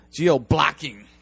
Geoblocking